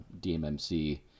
DMMC